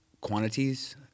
quantities